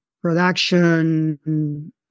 production